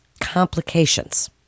complications